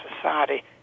society